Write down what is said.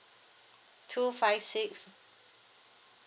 two five six